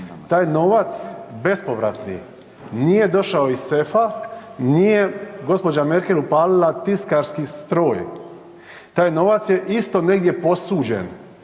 Taj novac bespovratni nije došao iz sefa, nije gđa. Merkel upalila tiskarski stroj, taj novac je isto negdje posuđen